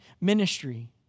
ministry